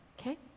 Okay